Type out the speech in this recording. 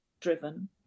driven